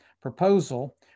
proposal